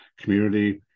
community